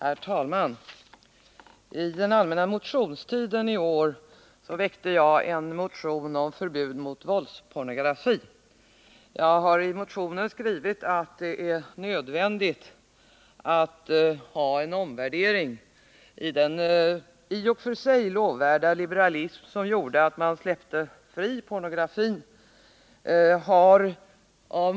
Herr talman! Under den allmänna motionstiden i år väckte jag en motion om förbud mot våldspornografi. Jag har i motionen skrivit att det är nödvändigt att omvärdera den i och för sig lovvärda liberalism som gjorde att man släppte pornografin fri.